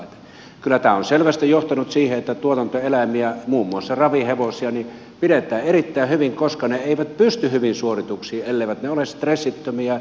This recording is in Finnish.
kyllä tämä on selvästi johtanut siihen että tuotantoeläimiä muun muassa ravihevosia pidetään erittäin hyvin koska ne eivät pysty hyviin suorituksiin elleivät ne ole stressittömiä ja voi hyvin